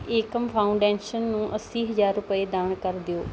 Ekam foundation ਨੂੰ ਅੱਸੀ ਹਾਜਰ ਰੁਪਏ ਦਾਨ ਕਰ ਦੋ